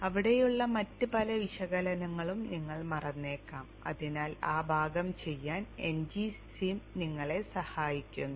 അവിടെയുള്ള മറ്റ് പല വിശകലനങ്ങളും നിങ്ങൾ മറന്നേക്കാം അതിനാൽ ആ ഭാഗം ചെയ്യാൻ ngSim നിങ്ങളെ സഹായിക്കുന്നു